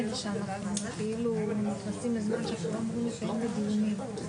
מאמנים בספורט הישראלי.